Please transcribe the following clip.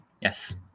yes